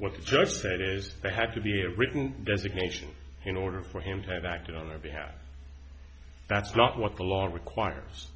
what the judge said is they had to be written designation in order for him to have acted on their behalf that's not what the law requires